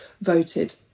voted